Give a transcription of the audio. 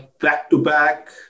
Back-to-back